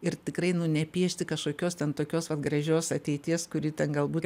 ir tikrai nu nepiešti kašokios ten tokios vat gražios ateities kuri ten galbūt